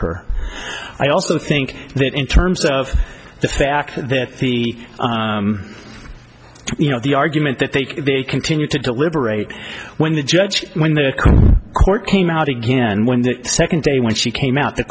her i also think that in terms of the fact that the you know the argument that they continue to deliberate when the judge when the court came out again when the second day when she came out the